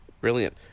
Brilliant